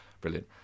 brilliant